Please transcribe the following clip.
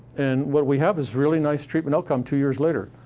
and what we have is really nice treatment outcome, two years later.